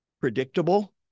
predictable